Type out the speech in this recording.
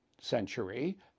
century